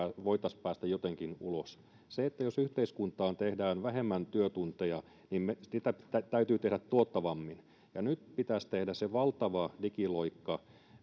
voitaisiin päästä jotenkin ulos jos yhteiskuntaan tehdään vähemmän työtunteja niin niitä täytyy tehdä tuottavammin nyt pitäisi tehdä se valtava digiloikka